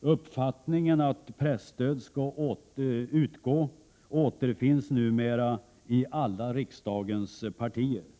Uppfattningen att presstöd skall utgå återfinns numera i alla riksdagens partier.